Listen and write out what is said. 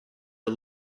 are